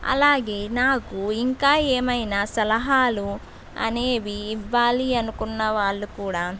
అలాగే నాకు ఇంకా ఏమైనా సలహాలు అనేవి ఇవ్వాలి అనుకున్న వాళ్ళు కూడా